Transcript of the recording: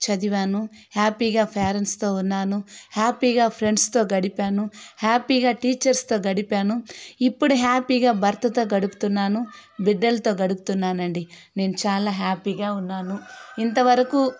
చదివాను హ్యాపీగా పేరెంట్స్తో ఉన్నాను హ్యాపీగా ఫ్రెండ్స్తో గడిపాను హ్యాపీగా టీచర్స్తో గడిపాను ఇప్పుడు హ్యాపీగా భర్తతో గడుపుతున్నాను బిడ్డలతో గడుపుతున్నానండి నేను చాలా హ్యాపీగా ఉన్నాను ఇంతవరకు